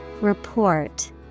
Report